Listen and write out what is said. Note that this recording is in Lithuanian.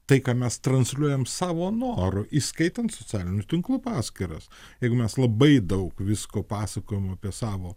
tai ką mes transliuojam savo noru įskaitant socialinių tinklų paskyras jeigu mes labai daug visko pasakojam apie savo